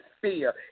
fear